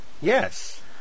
Yes